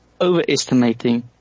overestimating